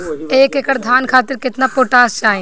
एक एकड़ धान खातिर केतना पोटाश चाही?